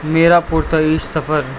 میرا پرتعیش سفر